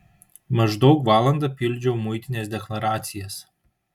maždaug valandą pildžiau muitinės deklaracijas